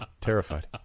terrified